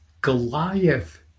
Goliath